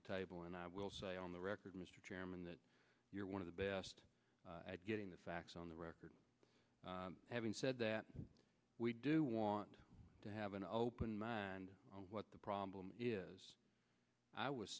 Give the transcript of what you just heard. the table and i will say on the record mr chairman that you're one of the best at getting the facts on the record having said that we do want to have an open mind what the problem is i was